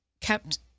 kept